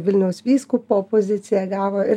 vilniaus vyskupo poziciją gavo ir